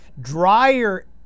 drier